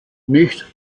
nicht